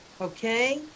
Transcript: Okay